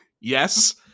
Yes